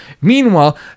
Meanwhile